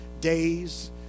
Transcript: days